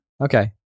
Okay